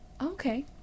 Okay